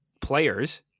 players